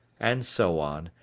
and so on,